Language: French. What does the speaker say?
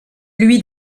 lui